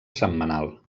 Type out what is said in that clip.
setmanal